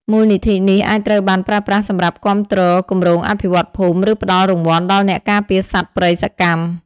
មូលនិធិនេះអាចត្រូវបានប្រើប្រាស់សម្រាប់គាំទ្រគម្រោងអភិវឌ្ឍន៍ភូមិ ឬផ្តល់រង្វាន់ដល់អ្នកការពារសត្វព្រៃសកម្ម។